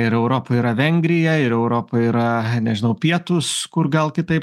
ir europa yra vengrija ir europa yra nežinau pietūs kur gal kitaip